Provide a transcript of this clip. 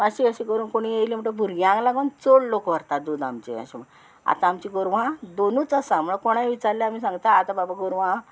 मातशें अशें करून कोणी येयली म्हणटा भुरग्यांक लागोन चड लोक व्हरता दूद आमचें अशें म्हण आतां आमची गोरवां दोनूच आसा म्हळ्या कोणाय विचारल्यार आमी सांगता आतां बाबा गोरवां